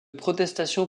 protestation